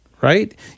right